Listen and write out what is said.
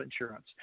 insurance